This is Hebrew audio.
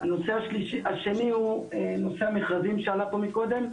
הנושא השני הוא נושא המכרזים שעלה פה מקודם,